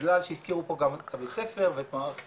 בגלל שהזכירו פה גם את בית הספר ואת מערכת